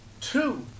Two